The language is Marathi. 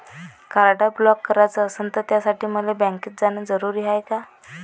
कार्ड ब्लॉक कराच असनं त त्यासाठी मले बँकेत जानं जरुरी हाय का?